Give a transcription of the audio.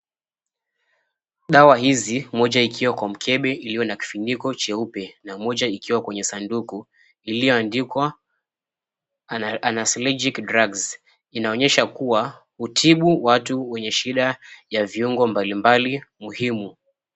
Dawa hizi, moja ikiwa kwa mkebe iliyo na kifuniko cheupe na moja ikiwa kwenye sanduku iliyoandikwa 'Anaslegic Drugs' inaonyesha kua hutibu watu wenye shida ya viungo mbalimbali muhimu.